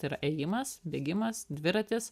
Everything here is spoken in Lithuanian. tai yra ėjimas bėgimas dviratis